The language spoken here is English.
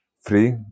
free